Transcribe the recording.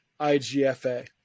igfa